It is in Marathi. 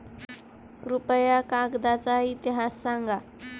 कृपया कागदाचा इतिहास सांगा